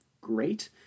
great